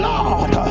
Lord